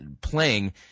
playing